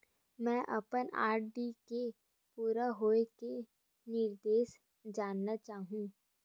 मैं अपन आर.डी के पूरा होये के निर्देश जानना चाहहु